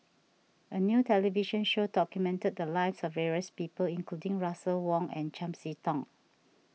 a new television show documented the lives of various people including Russel Wong and Chiam See Tong